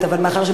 היושבת-ראש.